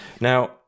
Now